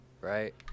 right